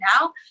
now